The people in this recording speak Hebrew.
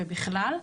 ובכלל.